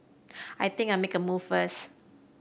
I think I make move first